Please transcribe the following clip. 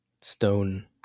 stone